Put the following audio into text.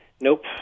Nope